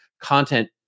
content